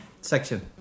section